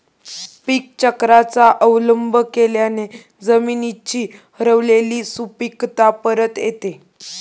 पीकचक्राचा अवलंब केल्याने जमिनीची हरवलेली सुपीकता परत येते